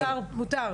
תודה.